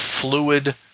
fluid